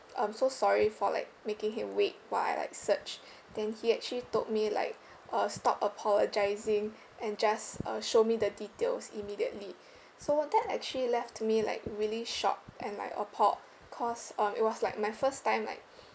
um so sorry for like making him wait while I like search then he actually told me like uh stop apologising and just uh show me the details immediately so that actually left me like really shocked and like appalled cause um it was like my first time like